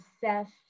Seth